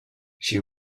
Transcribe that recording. she